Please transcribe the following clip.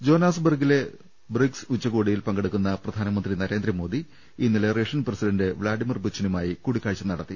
ജോഹന്നാസ്ബർഗിലെ BRICS ഉച്ചകോടിയിൽ പങ്കെടുക്കുന്ന പ്രധാനമന്ത്രി നരേ ന്ദ്രേമോദി ഇന്നലെ റഷ്യൻ പ്രസിഡന്റ് വ്ളാഡിമിർ പുച്ചിനുമായി കൂടിക്കാഴ്ച നട ത്തി